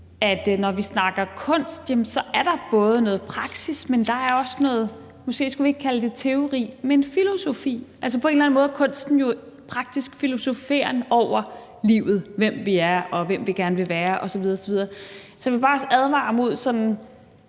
at når vi snakker kunst, er der både noget praksis, men også noget, som vi måske ikke skulle kalde for teori, men filosofi. Altså, på en eller anden måde er kunsten jo praktisk filosoferen over livet, i forhold til hvem vi er, og hvem vi gerne vil være osv. osv. Jeg kan godt